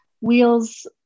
wheels